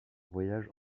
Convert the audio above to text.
voyage